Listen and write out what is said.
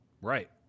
Right